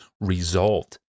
resolved